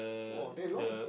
!wah! that long